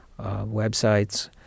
websites